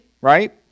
right